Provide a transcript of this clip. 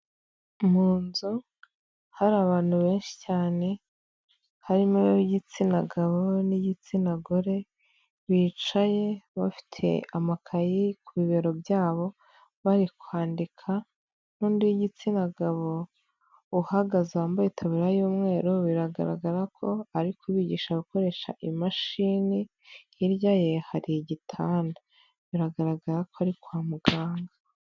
Mu nzu hari abantu benshi cyane harimo ab'igitsina gabo n'igitsina gore, bicaye bafite amakayi ku bibero byabo bari kwandika n'undi w'igitsina gabo uhagaze wambaye itaburiya y'umweru biragaragara ko ari kubigisha gukoresha imashini, hirya ye hari igitanda, biragaragara ko ari kwa muganga.